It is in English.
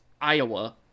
Iowa